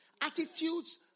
attitudes